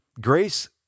Grace